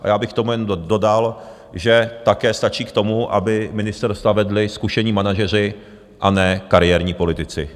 Já bych k tomu jen dodal, že také stačí to, aby ministerstva vedli zkušení manažeři, a ne kariérní politici.